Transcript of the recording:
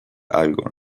algo